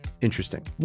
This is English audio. interesting